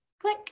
click